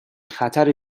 خطر